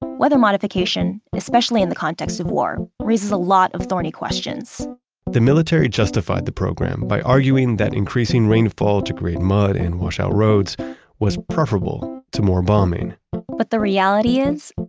weather modification, especially in the context of war, raises a lot of thorny questions the military justified the program by arguing that increasing rainfall to create mud and wash out roads was preferable to more bombing but the reality is,